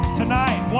tonight